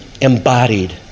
embodied